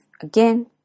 again